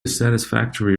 satisfactory